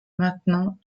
maintenant